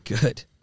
Good